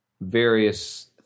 various